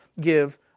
give